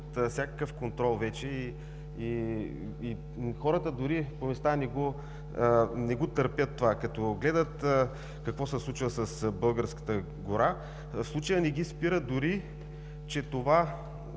всякакъв контрол и дори хората по места не го търпят, като гледат какво се случва с българската гора. В случая не ги спира дори и това,